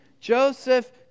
Joseph